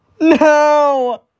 No